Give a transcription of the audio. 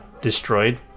destroyed